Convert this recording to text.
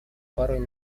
порой